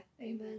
Amen